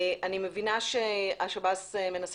אני מבינה ששירות בתי הסוהר מנסה